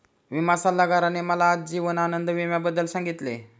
विमा सल्लागाराने मला आज जीवन आनंद विम्याबद्दल सांगितले